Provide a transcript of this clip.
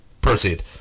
Proceed